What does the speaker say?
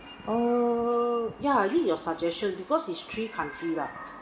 err ya need your suggestion because this is three country lah